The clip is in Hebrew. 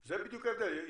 זה בדיוק ההבדל.